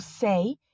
say